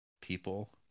people